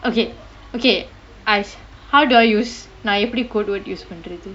okay okay I how do I use நான் எப்படி:naan eppadi code word use பண்றது:pandrathu